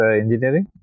engineering